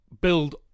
build